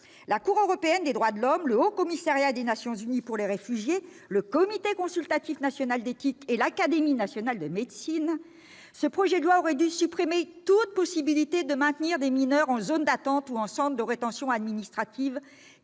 la Cour européenne des droits de l'homme, le Haut-Commissariat des Nations unies pour les réfugiés, le Comité consultatif national d'éthique et l'Académie nationale de médecine, ce projet de loi aurait dû supprimer toute possibilité de maintenir des mineurs en zone d'attente ou en centre de rétention administrative